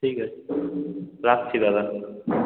ঠিক আছে রাখছি দাদা